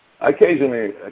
occasionally